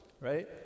right